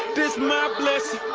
this my blessing.